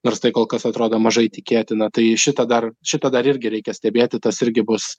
nors tai kol kas atrodo mažai tikėtina tai šitą dar šitą dar irgi reikia stebėti tas irgi bus